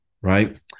right